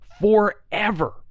forever